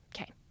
Okay